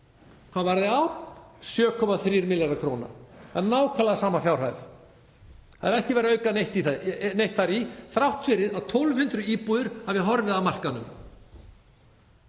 Hvað var það í ár? 7,3 milljarðar kr. Nákvæmlega sama fjárhæð. Það er ekki verið að auka í neitt þar þrátt fyrir að 1.200 íbúðir hafi horfið af markaðnum.